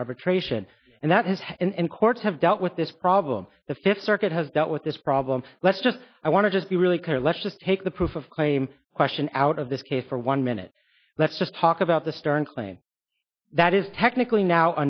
to arbitration and that his head and courts have dealt with this problem the fifth circuit has dealt with this problem let's just i want to just be really clear let's just take the proof of my question out of this case for one minute let's just talk about the stern claim that is technically now